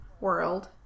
world